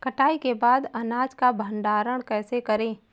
कटाई के बाद अनाज का भंडारण कैसे करें?